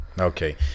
Okay